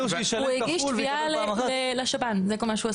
הוא הגיש תביעה לשב"ן, זה כל מה שהוא עשה.